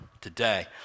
today